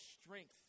strength